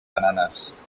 bananas